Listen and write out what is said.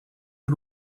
for